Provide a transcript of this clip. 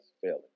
failing